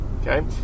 Okay